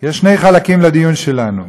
יש שני חלקים לדיון שלנו: